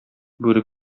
бүре